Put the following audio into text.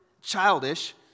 childish